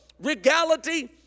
regality